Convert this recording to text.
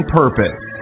purpose